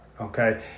okay